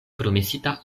promesita